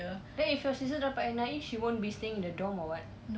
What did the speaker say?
then if your sister dapat N_I_E she won't be staying in the dorm or what